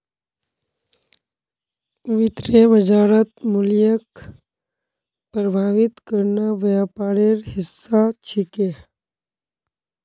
वित्तीय बाजारत मूल्यक प्रभावित करना व्यापारेर हिस्सा छिके